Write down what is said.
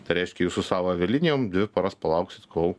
tai reiškia jūs su savo avialinijom dvi paras palauksit kol